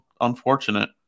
unfortunate